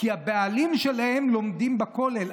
כי הבעלים שלהן לומדים בכולל,